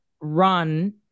run